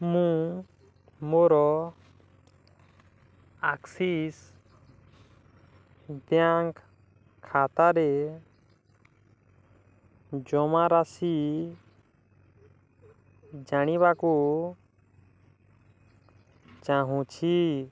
ମୁଁ ମୋର Axis Bank ଖାତାରେ ଜମାରାଶି ଜାଣିବାକୁ ଚାହୁଁଛି